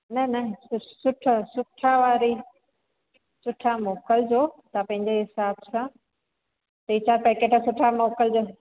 न न सु सुठो सुठा वारी सुठा मोकिलजो तव्हां पंहिंजे हिसाब सां टे चारि पैकेट सुठा मोकिलजो